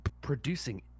producing